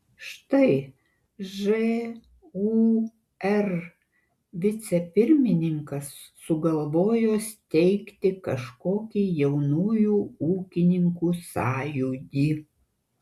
štai žūr vicepirmininkas sugalvojo steigti kažkokį jaunųjų ūkininkų sąjūdį